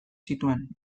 zituen